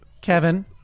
kevin